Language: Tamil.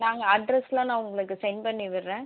நாங்கள் அட்ரஸ்லாம் நான் உங்களுக்கு சென்ட் பண்ணிவிடுகிறேன்